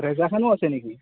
ব্ৰেজাৰ খনো আছে নেকি